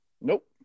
Nope